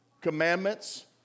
commandments